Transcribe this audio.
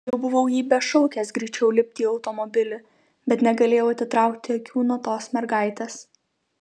jau buvau jį bešaukiąs greičiau lipti į automobilį bet negalėjau atitraukti akių nuo tos mergaitės